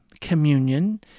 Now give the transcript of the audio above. communion